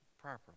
properly